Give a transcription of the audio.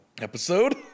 episode